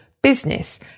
Business